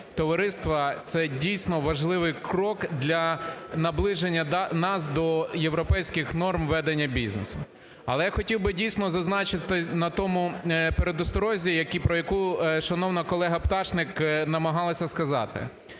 це дійсно важливий крок для наближення нас до європейських норм ведення бізнесу. Але я хотів би, дійсно, зазначити на тій пересторозі, про яку шановна колега Пташник намагалася сказати.